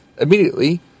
immediately